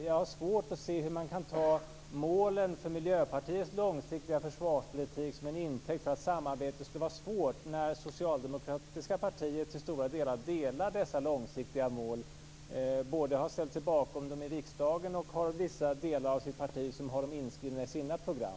Jag har svårt att se hur man kan ta målen för Miljöpartiets långsiktiga försvarspolitik till intäkt för att samarbete skulle vara svårt, när det socialdemokratiska partiet i stor utsträckning delar dessa långsiktiga mål och har ställt sig bakom dem i riksdagen, och när vissa delar av partiet har dem inskrivna i sina program.